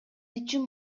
үчүн